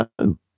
no